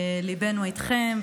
ליבנו איתכם,